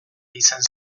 izan